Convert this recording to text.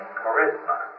charisma